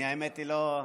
קראנו,